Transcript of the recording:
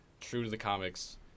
true-to-the-comics